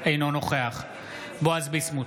אינו נוכח בועז ביסמוט,